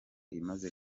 imaze